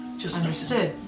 Understood